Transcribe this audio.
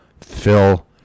Phil